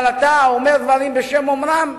אבל אתה אומר דברים בשם אומרם,